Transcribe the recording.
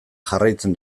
jarraitzen